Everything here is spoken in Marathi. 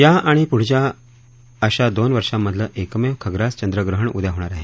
या आणि पुढच्या अशा दोन वर्षांमधलं एकमेव खग्रास चंद्रग्रहण उद्या होणार आहे